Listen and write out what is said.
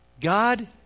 God